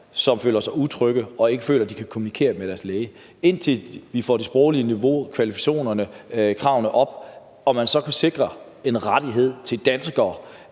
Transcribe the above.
som føler sig utrygge. De føler ikke, at de kan kommunikere med deres læge. Indtil vi får det sproglige niveau, kvalifikationerne og kravene op, vil man så sikre en rettighed til danskere,